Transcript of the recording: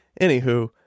anywho